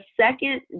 second